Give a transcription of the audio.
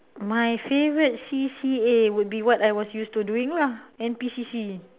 my favourite C_C_A would be what I was used to doing lah N_P_C_C